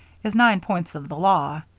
is nine points of the law.